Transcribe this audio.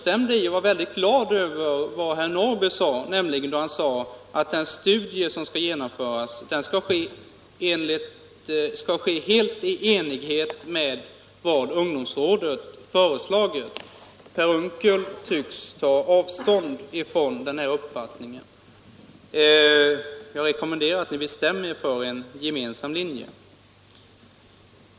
Jag var glad över att herr Norrby sade — och jag instämde i det — att den studie som skall genomföras skall göras helt i enlighet med vad ungdomsrådet föreslagit. Herr Unckel tycks ta avstånd från den uppfattningen. Jag rekommenderar er att bestämma er för en gemensam linje.